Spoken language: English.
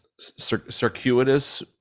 circuitous